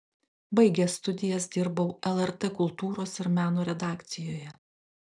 baigęs studijas dirbau lrt kultūros ir meno redakcijoje